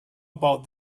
about